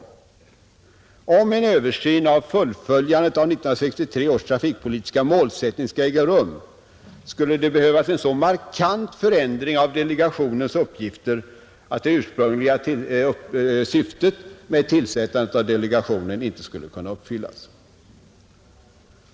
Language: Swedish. Skall en översyn av fullföljandet av 1963 års trafikpolitiska målsättning äga rum skulle det behövas en så markant förändring av delegationens uppgifter, att det ursprungliga syftet med tillsättandet av delegationen inte skulle kunna uppfyllas.